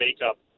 makeup